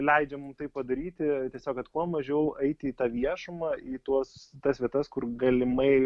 leidžia mum tai padaryti tiesiog kad kuo mažiau eiti į tą viešumą į tuos tas vietas kur galimai